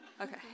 Okay